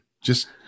Just-